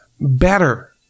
better